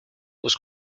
was